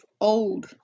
old